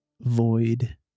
void